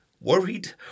Worried